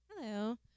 Hello